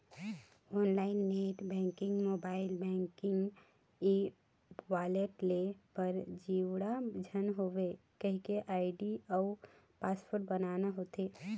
online net banking, mobile banking, e wallet ले फरजीवाड़ा झन होए कहिके आईडी अउ पासवर्ड बनाना होथे